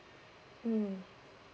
mm